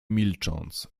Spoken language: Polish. milcząc